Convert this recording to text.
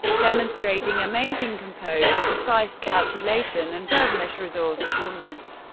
demonstrating amazing composure, precise calculation and devilish resourcefulness.